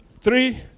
Three